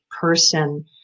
person